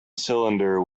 cylinder